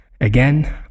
Again